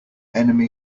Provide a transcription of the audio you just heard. enemy